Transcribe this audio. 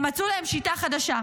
הם מצאו להם שיטה חדשה.